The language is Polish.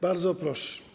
Bardzo proszę.